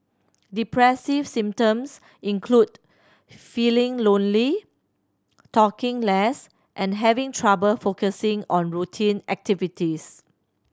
depressive symptoms include feeling lonely talking less and having trouble focusing on routine activities